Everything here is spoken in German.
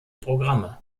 programme